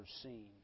seen